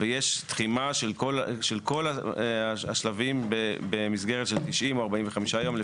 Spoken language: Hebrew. ויש תחימה של כל השלבים במסגרת של 90 או 60 יום,